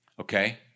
Okay